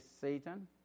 Satan